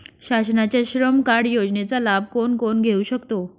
शासनाच्या श्रम कार्ड योजनेचा लाभ कोण कोण घेऊ शकतो?